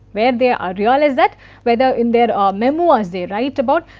where they ah ah realised that whether in their memo as they write about,